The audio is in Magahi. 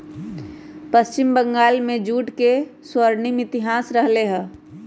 पश्चिम बंगाल में जूट के स्वर्णिम इतिहास रहले है